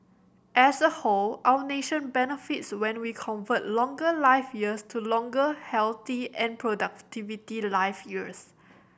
as a whole our nation benefits when we convert longer life years to longer healthy and productivity life years